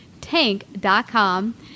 tank.com